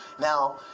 Now